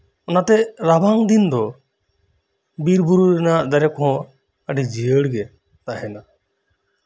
ᱚᱱᱟᱛᱮ ᱨᱟᱵᱟᱝ ᱫᱤᱱ ᱫᱚ ᱵᱤᱨᱵᱩᱨᱩ ᱨᱮᱱᱟᱜ ᱫᱟᱨᱮ ᱠᱚᱦᱚᱸ ᱟᱹᱰᱤ ᱡᱤᱭᱟᱹᱲᱜᱮ ᱛᱟᱦᱮᱱᱟ